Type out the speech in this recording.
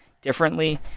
differently